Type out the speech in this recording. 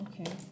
okay